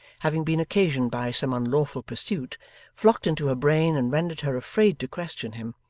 having been occasioned by some unlawful pursuit flocked into her brain and rendered her afraid to question him.